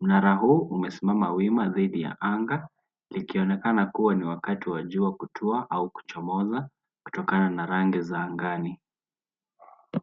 Mnara huu umesimama wima dhidi ya anga likionekana kuwa ni wakati wa jua kutua au kuchomoza kutokana na rangi za angani.